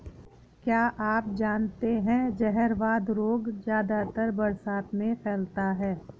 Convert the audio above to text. क्या आप जानते है जहरवाद रोग ज्यादातर बरसात में फैलता है?